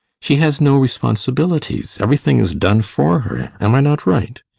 she has no responsibilities, everything is done for her am i not right?